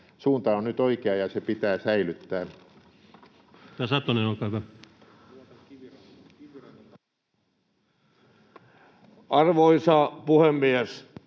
Suunta on nyt oikea, ja se pitää säilyttää. [Speech